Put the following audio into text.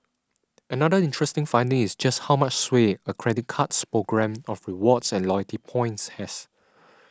another interesting finding is just how much sway a credit card's programme of rewards and loyalty points has